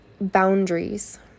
boundaries